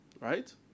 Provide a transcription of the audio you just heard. right